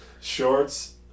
shorts